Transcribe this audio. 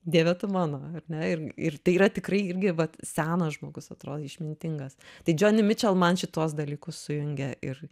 dieve tu mano ar ne ir ir tai yra tikrai irgi vat senas žmogus atrodo išmintingas tai džoni mičel man šituos dalykus sujungia ir